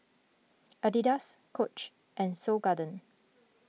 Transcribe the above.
Adidas Coach and Seoul Garden